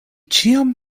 ĉiam